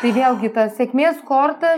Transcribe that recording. tai vėlgi ta sėkmės korta